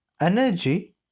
energy